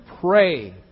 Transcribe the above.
pray